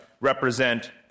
represent